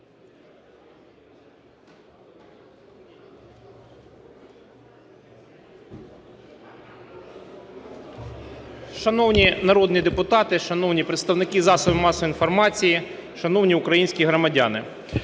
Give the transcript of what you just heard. Шановні народні депутати! Шановні представники засобів масової інформації! Шановні українські громадяни!